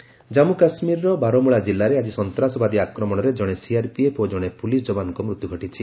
JK attack Jammu କାଶ୍ମୀରର ବାରମୂଳା କିଲ୍ଲାରେ ଆଜି ସନ୍ତାସବାଦୀ ଆକ୍ରମଣରେ ଜଣେ ସିଆର୍ପିଏଫ୍ ଓ ଜଣେ ପୁଲିସ୍ ଯବାନଙ୍କ ମୃତ୍ୟୁ ଘଟିଛି